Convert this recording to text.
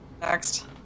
Next